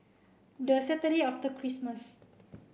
the Saturday after Christmas